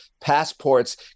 passports